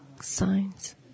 signs